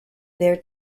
their